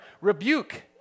rebuke